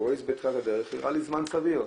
הווייז בתחילת הדרך הראה לי זמן סביר,